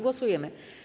Głosujemy.